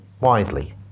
widely